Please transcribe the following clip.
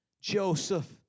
Joseph